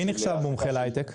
מי נחשב מומחה להיי-טק?